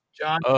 John